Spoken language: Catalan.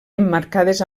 emmarcades